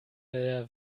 der